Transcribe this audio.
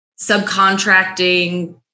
subcontracting